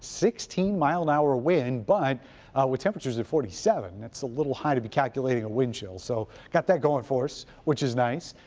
sixteen mile per and hour wind, but with temperatures at forty seven, that's a little high to be calculating a wind chill. so got that going for us, which is nice.